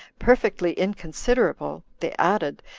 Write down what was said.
perfectly inconsiderable, they added,